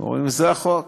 הם אומרים: זה החוק.